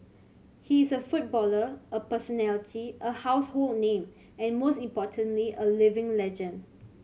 he is a footballer a personality a household name and most importantly a living legend